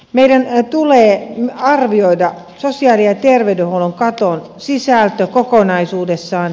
meidän tulee arvioida sosiaali ja terveydenhuollon katon sisältö kokonaisuudessaan